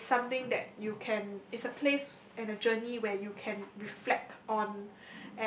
it is something that you can it's a place and a journey where you can reflect on